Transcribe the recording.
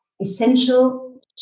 essential